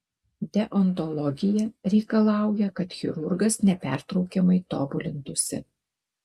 deontologija reikalauja kad chirurgas nepertraukiamai tobulintųsi